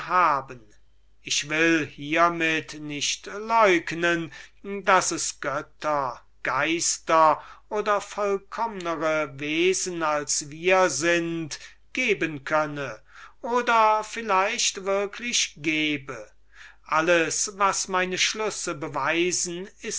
haben ich will hiemit nicht leugnen daß es götter geister oder vollkommnere wesen als wir sind haben könne oder würklich habe alles was meine schlüsse zu beweisen